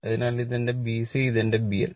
അതിനാൽ ഇതാണ് എന്റെ B C ഇത് എന്റെ B L